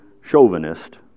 chauvinist